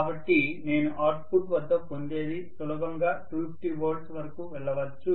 కాబట్టి నేను అవుట్పుట్ వద్ద పొందేది సులభంగా 250 V వరకు వెళ్ళవచ్చు